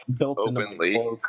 openly